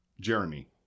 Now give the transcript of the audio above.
Jeremy